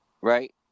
right